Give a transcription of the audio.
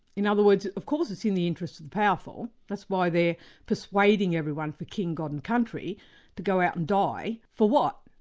in other words, of course, it's in the interests of the powerful that's why they're persuading everyone for king, god and country to go out and die for what?